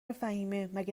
فهیمهمگه